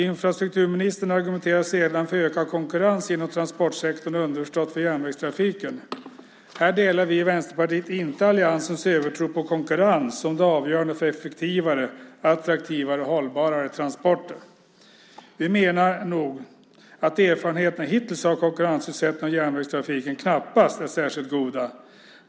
Infrastrukturministern argumenterar sedan för ökad konkurrens inom transportsektorn och underförstått för järnvägstrafiken. Vi i Vänsterpartiet delar inte alliansens övertro på konkurrens som avgörande för effektivare, attraktivare och hållbarare transporter. Vi menar att erfarenheterna hittills av konkurrensutsättning av järnvägstrafiken knappast är särskilt goda.